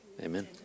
Amen